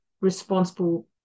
responsible